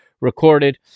recorded